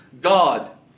God